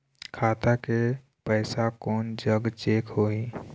खाता के पैसा कोन जग चेक होही?